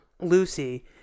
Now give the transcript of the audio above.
Lucy